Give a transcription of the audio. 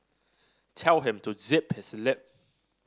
tell him to zip his lip